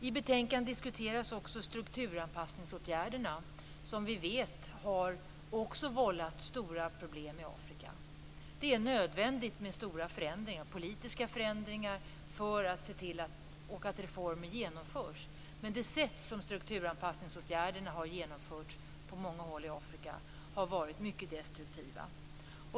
I betänkandet diskuteras också strukturanpassningsåtgärderna, som vi vet också har vållat stora problem i Afrika. Det är nödvändigt med stora politiska förändringar och att reformer genomförs. Men det sätt som strukturanpassningsåtgärderna har genomförts på har på många håll i Afrika varit mycket destruktiva.